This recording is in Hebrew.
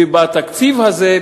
ובתקציב הזה,